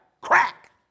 Crack